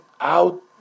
out